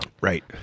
Right